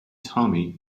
tommy